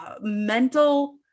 mental